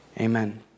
amen